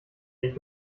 dich